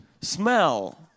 Smell